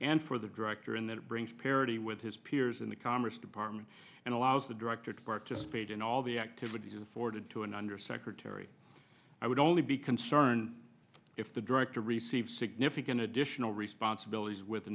and for the director in that it brings parity with his peers in the commerce department and allows the director to participate in all the activities afforded to an undersecretary i would only be concerned if the director received significant additional responsibilities with a